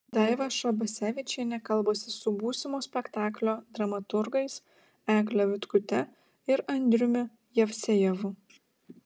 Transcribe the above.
daiva šabasevičienė kalbasi su būsimo spektaklio dramaturgais egle vitkute ir andriumi jevsejevu